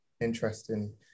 interesting